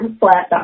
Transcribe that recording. flat